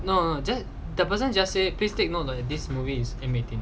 no no that the person just say please take note that this movie is M eighteen